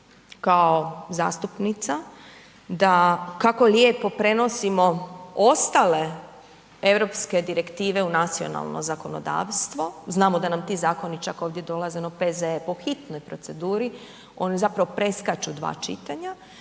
kao zastupnica da, kako lijepo prenosimo ostale europske direktive u nacionalno zakonodavstvo, znamo da nam ti zakoni čak ovdje dolaze ono P.Z.E. po hitnoj proceduri, oni zapravo preskaču 2 čitanja,